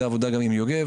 זה עבודה גם עם יוגב,